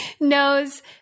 Knows